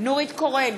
נורית קורן,